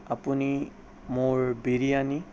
আপুনি মোৰ বিৰিয়ানি